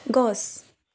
গছ